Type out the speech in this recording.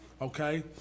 Okay